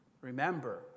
Remember